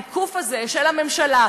העיקוף הזה שעשתה הממשלה,